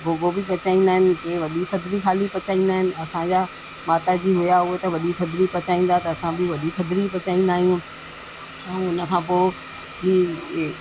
गोगो बि पचाईंदा आहिनि की वॾी थधिड़ी ख़ाली पचाईंदा आहिनि असांजा माता जी हुआ उहे त वॾी थधिड़ी पचाईंदा त असां बि वॾी थधिड़ी पचाईंदा आहियूं ऐं हुन खां पोइ जीअं